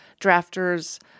drafters